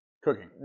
Cooking